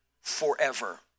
forever